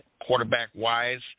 quarterback-wise